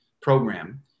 program